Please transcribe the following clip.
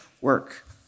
work